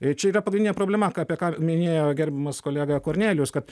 i čia yra pagrindinė problema ką apie ką minėjo gerbiamas kolega kornelijus kad